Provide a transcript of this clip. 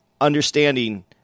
understanding